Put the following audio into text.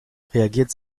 reagiert